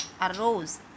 arose